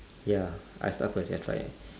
ya I start first that's right